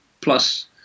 Plus